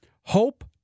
HOPE